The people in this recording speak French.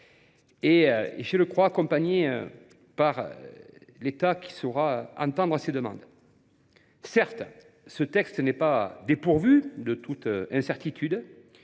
problématiques, accompagné par l’État, qui saura entendre ses demandes. Certes, ce texte n’est pas dépourvu de toute incertitude.